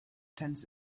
tens